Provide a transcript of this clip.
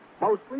Mostly